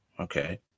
Okay